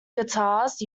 guitars